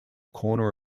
corner